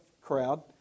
crowd